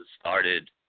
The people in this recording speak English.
started